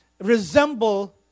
resemble